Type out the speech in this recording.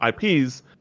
IPs